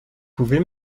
pouvez